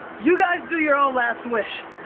you guys do your own last wish.